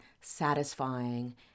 satisfying